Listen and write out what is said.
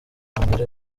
mbere